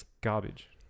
Garbage